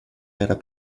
era